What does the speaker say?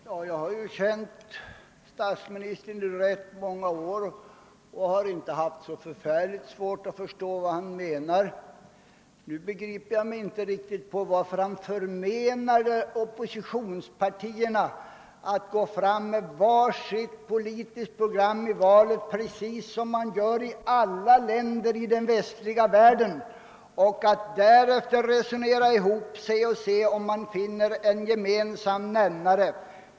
Herr talman! Jag har känt statsministern i rätt många år och har aldrig haft särskilt svårt att förstå vad han menar. Men nu begriper jag inte, varför han förmenar oppositionspartierna att gå fram med var sitt politiska program i valet. Så gör man i alla länder i den västliga världen för att därefter — om man vinner — försöka resonera ihop sig för att se om man kan finna en gemensam nämnare.